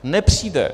Nepřijde.